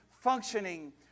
functioning